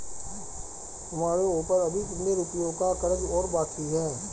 तुम्हारे ऊपर अभी कितने रुपयों का कर्ज और बाकी है?